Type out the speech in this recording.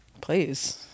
please